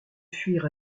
fuir